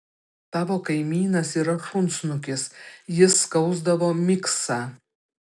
tavo kaimynas yra šunsnukis jis skausdavo miksą